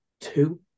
Two